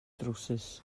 drywsus